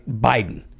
Biden